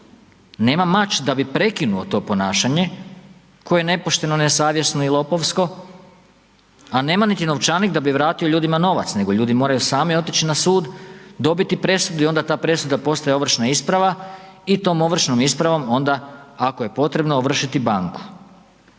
nema mač da bi prekinuo to ponašanje koje je nepošteno, nesavjesno i lopovsko, a nema niti novčanik da bi vratio ljudima novac, nego ljudi moraju sami otići na sud, dobiti presudu i onda ta presuda postaje ovršna isprava i tom ovršnom ispravom onda ako je potrebno ovršiti banku.